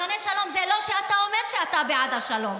מחנה שלום זה לא שאתה אומר שאתה בעד השלום.